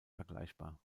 vergleichbar